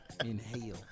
Inhale